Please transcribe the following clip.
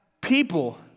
people